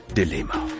dilemma